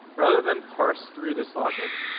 rather than parse through this logic,